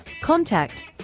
Contact